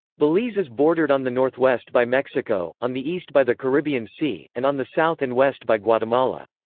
belize is bordered on the northwest by mexico, on the east by the caribbean sea, and on the south and west by guatemala.